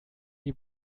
die